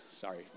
Sorry